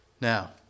Now